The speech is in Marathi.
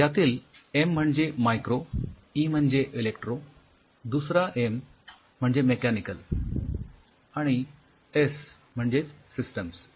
यातील एम म्हणजे मायक्रो ई म्हणजे इलेक्ट्रो दुसरा एम म्हणजे मेकॅनिकल आणि एस म्हणजेच सिस्टिम्स